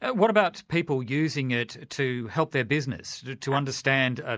what about people using it to help their business, to understand, ah